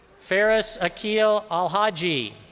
ferris akeel al-haji.